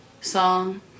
song